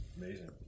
amazing